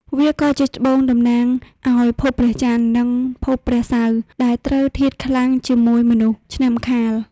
វាក៏ជាត្បូងតំណាងឱ្យភពព្រះចន្ទ និងភពព្រះសៅរ៍ ដែលត្រូវធាតុខ្លាំងជាមួយមនុស្សឆ្នាំខាល។